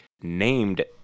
named